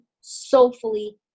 soulfully